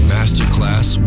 Masterclass